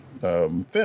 film